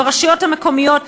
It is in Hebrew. ברשויות המקומיות.